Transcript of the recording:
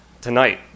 tonight